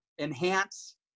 enhance